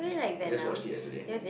we just watched it yesterday